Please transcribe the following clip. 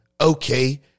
Okay